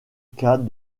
cas